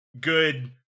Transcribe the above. good